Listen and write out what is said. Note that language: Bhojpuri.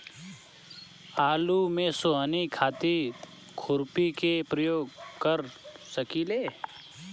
आलू में सोहनी खातिर खुरपी के प्रयोग कर सकीले?